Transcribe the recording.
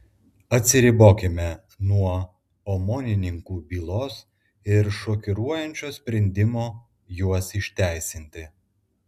atsiribokime nuo omonininkų bylos ir šokiruojančio sprendimo juos išteisinti